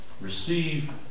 receive